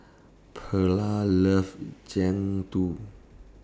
Pearla loves Jian